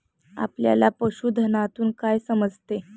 आपल्याला पशुधनातून काय समजते?